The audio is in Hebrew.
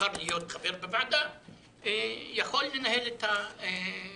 שנבחר להיות חבר בוועדה יכול לנהל את הוועדה.